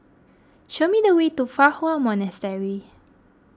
show me the way to Fa Hua Monastery